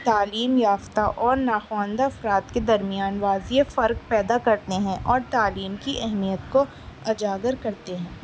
تعلیم یافتہ اور ناخواندہ افراد کے درمیان واضح فرق پیدا کرتے ہیں اور تعلیم کی اہمیت کو اجاگر کرتے ہیں